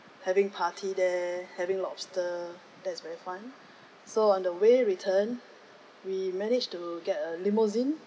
having party there having lobster that's very fun so on the way return we managed to get a limousine